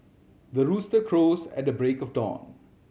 the rooster crows at the break of dawn